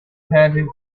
pageant